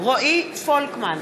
רועי פולקמן,